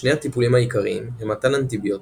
שני הטיפולים העיקריים הם מתן אנטיביוטיקה,